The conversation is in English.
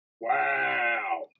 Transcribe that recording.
Wow